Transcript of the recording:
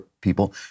people